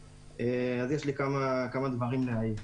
יש לי כמה דברים להעיר :